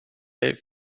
dig